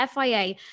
FIA